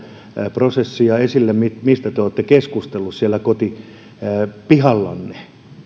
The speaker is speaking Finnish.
prosessia mistä te olette keskustelleet siellä kotipihallanne